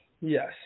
Yes